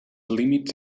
límits